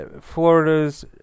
Florida's